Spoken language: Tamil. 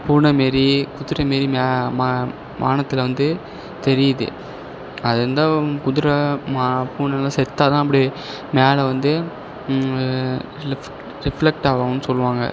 பூனை மாரி குதிரை மாரி வானத்தில் வந்து தெரியுது அது இருந்தால் குதுரை மா பூனெல்லாம் செத்தால் தான் அப்படி மேலே வந்து ரிஃப் ரிஃப்லெக்ட் ஆகுனு சொல்லுவாங்க